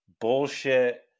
bullshit